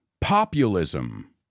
populism